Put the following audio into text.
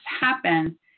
happen